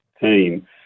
team